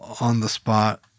on-the-spot